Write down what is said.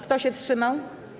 Kto się wstrzymał?